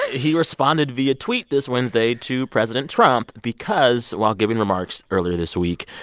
he responded via tweet this wednesday to president trump because while giving remarks earlier this week,